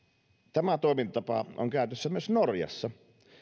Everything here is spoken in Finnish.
tämä toimintatapa on käytössä myös norjassa